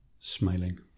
Smiling